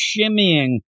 shimmying